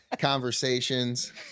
conversations